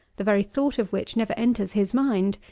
the very thought of which never enters his mind,